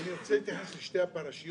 ד"ר הלל, אני מבינה את ה תירגע,